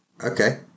Okay